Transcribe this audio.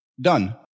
Done